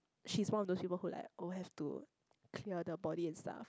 she is one of the human who like oh have to clear the body and stuff